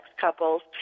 couples